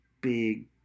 big